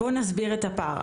בואו נסביר את הפער.